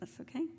okay